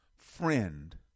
friend